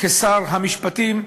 כשר המשפטים,